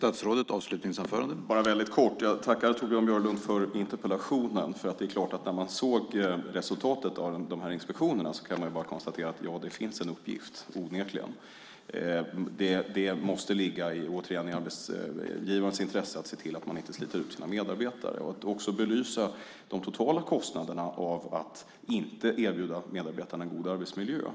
Herr talman! Väldigt kort vill jag tacka Torbjörn Björlund för interpellationen. Det är klart att när man såg resultatet av de här inspektionerna kunde man bara konstatera att det onekligen finns en uppgift. Det måste, återigen, ligga i arbetsgivarens intresse att se till att man inte sliter ut sina medarbetare och att också belysa de totala kostnaderna av att inte erbjuda medarbetarna en god arbetsmiljö.